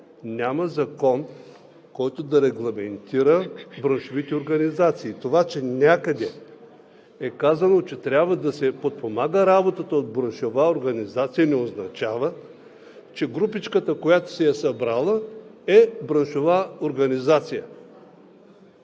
няма закон, който да регламентира браншовите организации. Това че някъде е казано, че трябва да се подпомага работата от браншова организация, не означава, че групичката, която се е събрала, е браншова организация